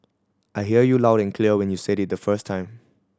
I heard you loud and clear when you said it the first time